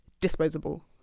disposable